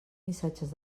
missatges